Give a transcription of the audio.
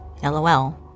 LOL